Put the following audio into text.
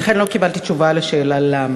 ולכן לא קיבלתי תשובה על השאלה למה.